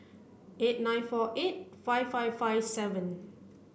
eight nine four eight five five five seven